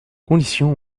conditions